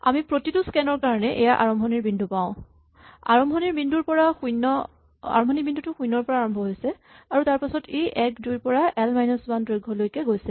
আমি প্ৰতিটো স্কেন ৰ কাৰণে এয়া আৰম্ভণিৰ বিন্দু পাওঁ আৰম্ভণিৰ বিন্দুটো শূণ্যৰ পৰা আৰম্ভ হৈছে আৰু তাৰপাছত ই ১ ২ ৰ পৰা এল মাইনাচ ৱান দৈৰ্ঘ লৈকে গৈছে